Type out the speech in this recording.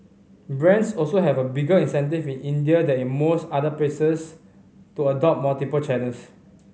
brands also have had a bigger incentive in India than in most other places to adopt multiple channels